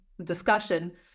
discussion